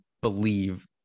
believe